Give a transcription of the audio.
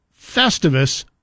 Festivus